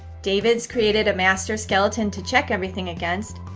david's created a master skeleton to check everything against,